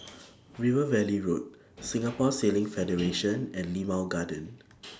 River Valley Road Singapore Sailing Federation and Limau Garden